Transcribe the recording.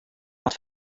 wat